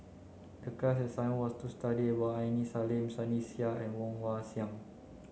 the class assignment was to study about Aini Salim Sunny Sia and Woon Wah Siang